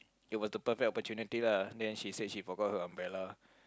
it was the perfect opportunity lah then she said she forgot her umbrella